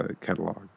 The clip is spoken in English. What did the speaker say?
catalog